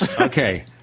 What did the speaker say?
Okay